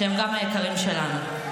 שהם גם היקרים שלנו.